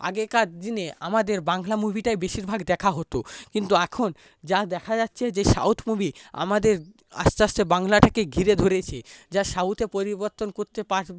আগেকার দিনে আমাদের বাংলা মুভিটাই বেশিরভাগ দেখা হতো কিন্তু এখন যা দেখা যাচ্ছে যে সাউথ মুভি আমাদের আস্তে আস্তে বাংলাটাকে ঘিরে ধরেছে যা সাউথে পরিবর্তন করতে